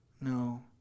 No